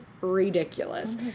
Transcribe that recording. ridiculous